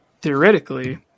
theoretically